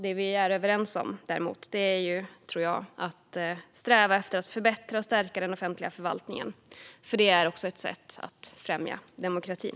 Det vi däremot är överens om är, tror jag, att sträva efter att förbättra och stärka den offentliga förvaltningen eftersom det också är ett sätt att främja demokratin.